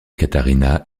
katharina